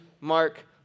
Mark